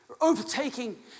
overtaking